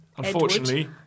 unfortunately